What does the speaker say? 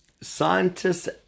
scientists